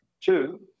Two